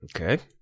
Okay